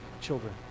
children